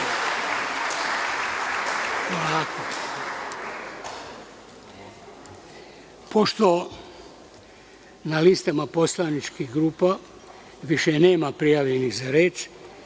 Pošto na listama poslaničkih grupa više nema prijavljenih za reč,